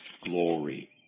glory